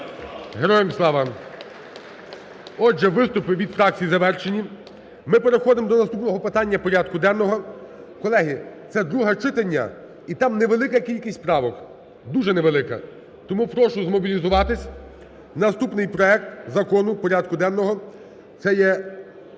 Героям слава! Отже, виступи від фракцій завершені. Ми переходимо до наступного питання порядку денного. Колеги, це друге читання і там невелика кількість правок, дуже невелика. Тому прошу змобілізуватись, наступний проект Закону порядку денного це є